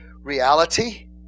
reality